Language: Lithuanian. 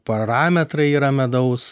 parametrai yra medaus